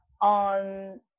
on